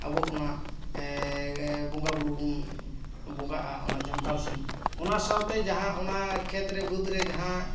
ᱟᱵᱚ ᱚᱱᱟ ᱵᱚᱸᱜᱟ ᱵᱳᱨᱳ ᱵᱚᱱ ᱵᱚᱸᱜᱟᱜᱼᱟ ᱚᱱᱟ ᱡᱟᱱᱛᱷᱟᱲ ᱥᱤᱢ ᱚᱱᱟ ᱥᱟᱶᱛᱮ ᱡᱟᱦᱟᱸ ᱚᱱᱟ ᱠᱷᱮᱛ ᱨᱮ ᱵᱟᱹᱫᱽ ᱨᱮ ᱡᱟᱦᱟᱸ